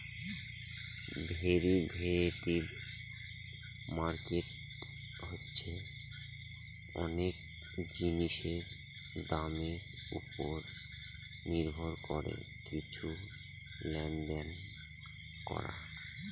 derivative market হচ্ছে অনেক জিনিসের দামের ওপর নির্ভর করে কিছু লেনদেন করা